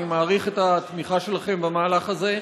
אני מעריך את התמיכה שלכם במהלך הזה.